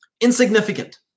insignificant